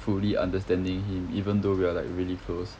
fully understanding him even though we're like really close